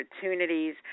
opportunities